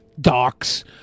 Docs